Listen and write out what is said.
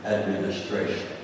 administration